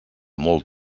molt